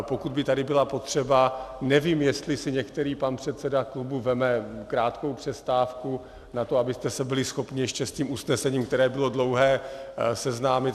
Pokud by tady byla potřeba, nevím, jestli si některý pan předseda klubu vezme krátkou přestávku na to, abyste se byli ještě schopni s tím usnesením, které bylo dlouhé, seznámit.